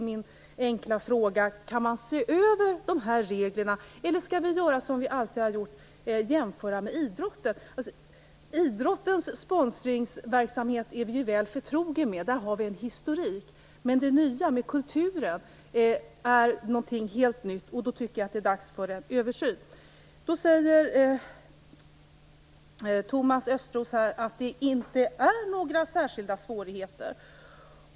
Min fråga är då: Kan man se över reglerna, eller skall vi göra som vi alltid har gjort och jämföra med idrotten? Idrottens sponsringsverksamhet är vi väl förtrogna med. Där har vi en historia. Men när det gäller kulturen är detta något helt nytt. Det är därför dags för en översyn. Thomas Östros säger att det inte finns några särskilda svårigheter.